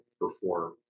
perform